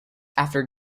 after